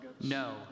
no